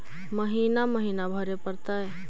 महिना महिना भरे परतैय?